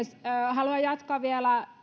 haluan jatkaa vielä